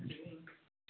अ